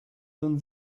than